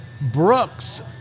Brooks